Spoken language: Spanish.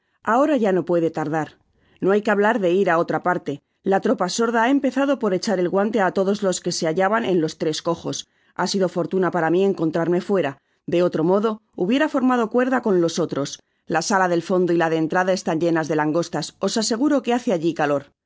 ahora ya no puede tardar no hay que hablar de ir á otra parte la tropa sorda ha empezado por echar el guante á todos los que se hallaban eu los tres cojos ha sido fortuna para miencontrarme fuera de otro modo hubiera formado cuerda con los otros la sala del fondo y la de entrada están llenas de lan áostas os aseguro que hace alli calor